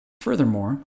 Furthermore